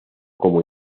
como